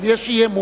אם יש אי-אמון,